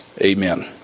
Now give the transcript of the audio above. Amen